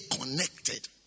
connected